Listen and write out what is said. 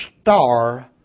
star